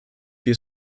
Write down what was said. wie